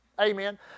Amen